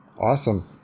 Awesome